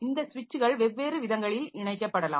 இந்த ஸ்விட்ச்கள் வெவ்வேறு விதங்களில் இணைக்கப்படலாம்